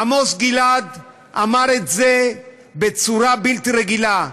עמוס גלעד אמר את זה בצורה בלתי רגילה,